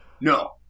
No